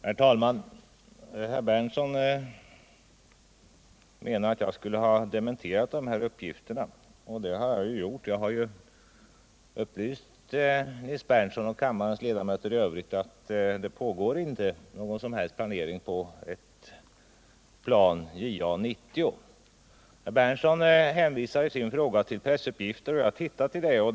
Herr talman! Herr Berndtson menar att jag skulle ha dementerat dessa uppgifter. Ja, det har jag gjort. Jag har ju upplyst Nils Berndtson och kammarens ledamöter i övrigt om att det inte pågår någon som helst planering av ett plan JA 90. Herr Berndtson hänvisar i sin fråga till pressuppgifter. Jäg har tittat i dessa.